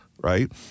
right